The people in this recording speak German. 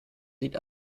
sieht